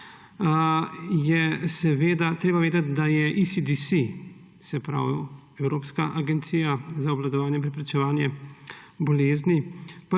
treba vedeti, da je ESDS, se pravi Evropska agencija za obvladovanje in preprečevanje bolezni,